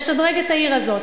לשדרג את העיר הזאת.